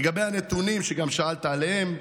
לגבי הנתונים, שאלת גם עליהם: